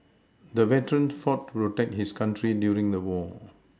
the veteran fought to protect his country during the war